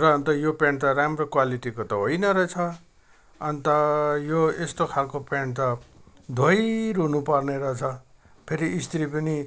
र अन्त यो पेन्ट त राम्रो क्वालिटीको त होइन रहेछ अन्त यो यस्तो खालको पेन्ट त धोइरहनु पर्ने रहेछ फेरि स्त्री पनि